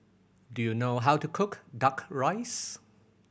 do you know how to cook Duck Rice